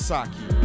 Saki